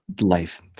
Life